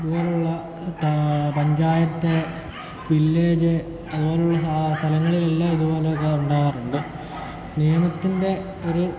അതുപോലെയുള്ള പഞ്ചായത്ത് വില്ലേജ് അങ്ങനെയുള്ള സ്ഥലങ്ങളിലെല്ലാം ഇതുപോലെ ഉണ്ടാകാറുണ്ട് നിയമത്തിൻ്റെ ഒരു